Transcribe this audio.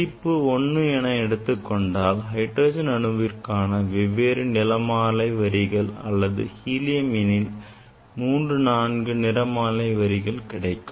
மதிப்பு 1 என எடுத்துக்கொண்டால் ஹைட்ரஜன் அணுவிற்கான வெவ்வேறு நிறமாலை வரிகள் அல்லது ஹீலியம் எனில் 3 4 நிறமாலை வரிகள் கிடைக்கும்